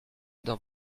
dans